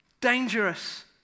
dangerous